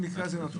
מי זה יימצא?